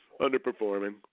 underperforming